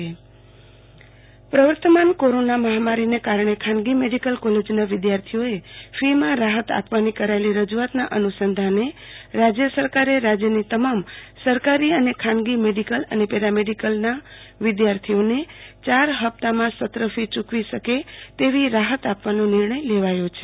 આરતી Bhatt medical સત્ર fee પ્રવર્તમાન corona મહામારીને કારણે ખાનગી મેડીકલ કોલેજોના વિદ્યાર્થીઓએ ફીમાં રાહત આપવાની કરાયેલી રજુઆતના અનુસંધાને રાજ્ય સરકારે રાજ્યની તમામ સરકારી અને ખાનગી મેડીકલ અને પેરામેડીકલના વિદ્યાર્થીઓને યાર હપ્તામાં સત્ર ફી યુકવી શકે તેવી રાહત આપવાનો નિર્ણય લેવાયો છે